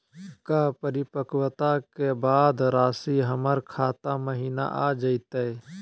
का परिपक्वता के बाद रासी हमर खाता महिना आ जइतई?